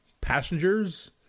Passengers